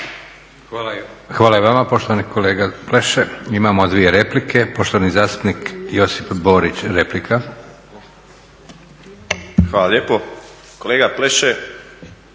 Hvala i vama poštovani kolega Pleše. Imamo dvije replika. Poštovani zastupnik Josip Borić, replika. **Borić, Josip